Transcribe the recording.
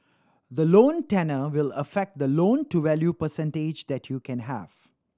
the loan tenure will affect the loan to value percentage that you can have